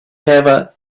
ever